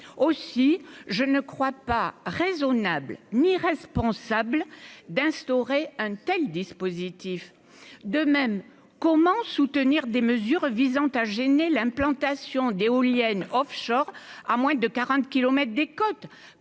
aussi, je ne crois pas raisonnable ni responsable d'instaurer un tel dispositif de même comment soutenir des mesures visant à gêner l'implantation d'éoliennes Offshore à moins de 40 kilomètres des côtes